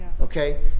Okay